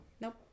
Nope